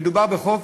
מדובר בחוב